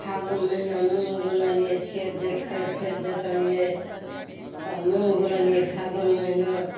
फागुन महिना मे मूँग बुनालियै खेत जोति कऽ खेत जोतलियै तऽ मूँग बुनलियै फागुन महिना